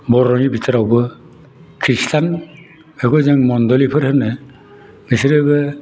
बर'नि बिथोरावबो ख्रिष्टान बेखौ जों मन्दलिफोर होनो बिसोरबो